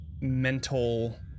mental